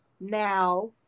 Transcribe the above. now